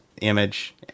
image